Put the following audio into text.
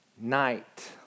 night